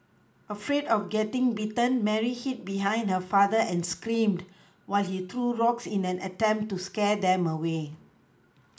afraid of getting bitten Mary hid behind her father and screamed while he threw rocks in an attempt to scare them away